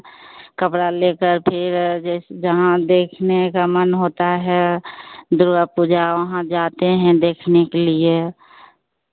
कपड़ा लेकर फिर जैसे जहाँ देखने का मन होता है दुर्गा पूजा वहाँ जाते हैं देखने के लिए